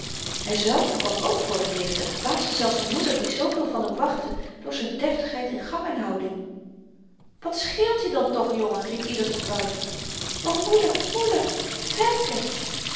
hyzelf kwam ook voor t licht en verbaasde zelfs z'n moeder die zooveel van hem wachtte door z'n deftigheid in gang en houding wat scheelt je dan toch jongen riep ieder tot wouter o moeder moeder femke